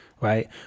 right